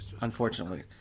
unfortunately